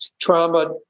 trauma